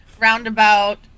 roundabout